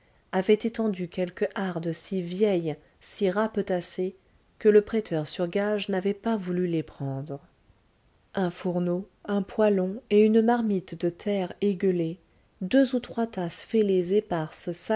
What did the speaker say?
avait étendu quelques hardes si vieilles si rapetassées que le prêteur sur gages n'avait pas voulu les prendre un fourneau un poêlon et une marmite de terre égueulée deux ou trois tasses fêlées éparses